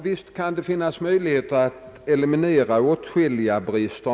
Visst kan det vara möjligt att eliminera åtskilliga brister.